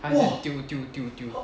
他一直丢丢丢丢